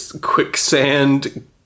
quicksand